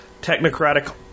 technocratic